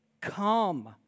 Come